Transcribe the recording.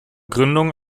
gründung